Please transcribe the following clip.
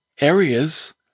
areas